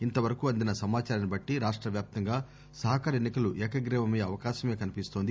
ఇంతవరకు అందిన సమాచారాన్ని బట్టి రాష్టవ్యాప్తంగా సహకార ఎన్ని కలు ఏకగ్రీవమయ్యే అవకాశమే కనిపిస్తోంది